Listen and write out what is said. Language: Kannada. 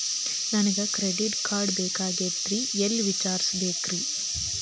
ನನಗೆ ಕ್ರೆಡಿಟ್ ಕಾರ್ಡ್ ಬೇಕಾಗಿತ್ರಿ ಎಲ್ಲಿ ವಿಚಾರಿಸಬೇಕ್ರಿ?